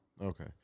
Okay